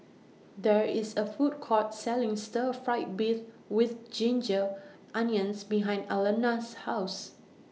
There IS A Food Court Selling Stir Fried Beef with Ginger Onions behind Alannah's House